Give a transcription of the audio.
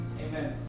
Amen